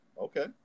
Okay